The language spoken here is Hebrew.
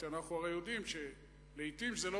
כי אנחנו הרי יודעים שלעתים זה לא